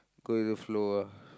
go with the flow ah